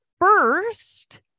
first